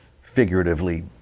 figuratively